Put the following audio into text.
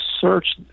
search